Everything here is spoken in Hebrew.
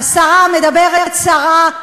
השרה מדברת סרה,